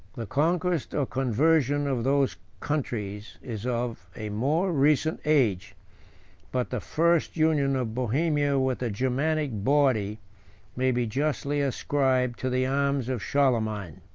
the conquest or conversion of those countries is of a more recent age but the first union of bohemia with the germanic body may be justly ascribed to the arms of charlemagne.